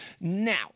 Now